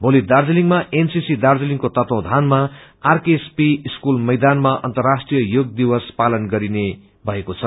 मोली दार्जीलिङमा एनसीसी दार्जीलिङको तत्वाधानमा आरकेएसपी स्कूल मैदनमा अर्न्तराष्ट्रिय योग दिवस पालन गरिरहेको छ